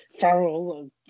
Farrell